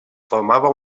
formava